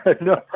No